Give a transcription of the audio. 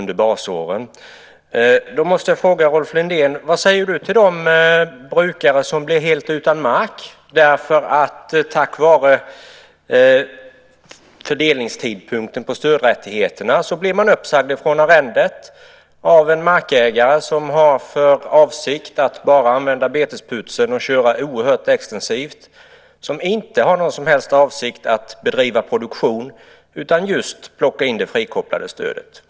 Då måste jag fråga Rolf Lindén: Vad säger du till de brukare som blir helt utan mark därför att man på grund av fördelningstidpunkten för stödrättigheterna blir uppsagd från arrendet av en markägare som har för avsikt att bara bruka oerhört extensivt, som inte har någon som helst avsikt att bedriva produktion utan bara vill plocka in det frikopplade stödet?